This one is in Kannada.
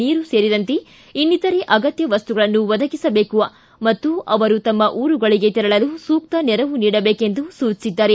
ನೀರು ಸೇರಿದಂತೆ ಇನ್ನಿತರೆ ಅಗತ್ಯ ವಸ್ತುಗಳನ್ನು ಒದಗಿಸಬೇಕು ಮತ್ತು ಅವರು ತಮ್ಮ ಊರುಗಳಿಗೆ ತೆರಳಲು ಸೂಕ್ತ ನೆರವು ನೀಡಬೇಕೆಂದು ಸೂಚಿಸಿದ್ದಾರೆ